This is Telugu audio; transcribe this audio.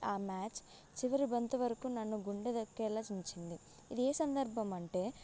ఆ మ్యాచ్ చివరి బంతి వరకు నన్ను గుండె దక్కేలా చించింది ఇది ఏ సందర్భం అంటే